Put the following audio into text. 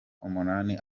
umunani